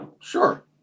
Sure